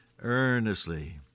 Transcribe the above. Earnestly